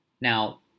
Now